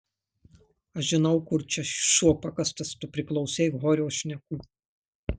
aš žinau kur čia šuo pakastas tu prisiklausei horio šnekų